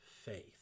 faith